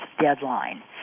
deadline